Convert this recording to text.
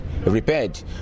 repaired